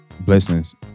blessings